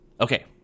Okay